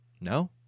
No